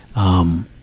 um,